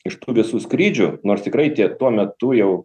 iš tų visų skrydžių nors tikrai tie tuo metu jau